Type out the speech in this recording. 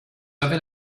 avez